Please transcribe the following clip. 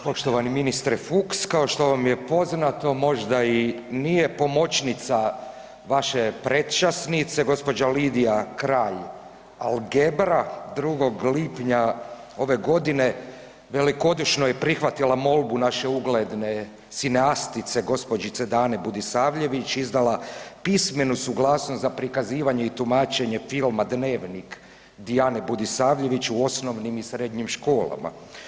Poštovani ministre Fuch kao što vam je poznato, možda i nije pomoćnica vaše predčasnice gospođa Lidija Kralj Algebra 2. lipnja ove godine velikodušno je prihvatila molbu naše ugledne sineastice gospođice Dane Budisavljević, izdala pismenu suglasnost za prikazivanje i tumačenje filma „Dnevnik“ Dijane Budisavljević u osnovnim i srednjim školama.